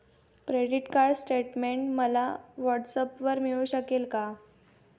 Credit card statement मला व्हॉट्सऍपवर मिळू शकेल का?